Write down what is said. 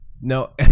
No